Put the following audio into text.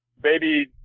baby